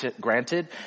granted